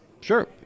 Sure